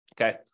Okay